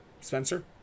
spencer